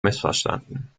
missverstanden